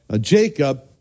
Jacob